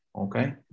okay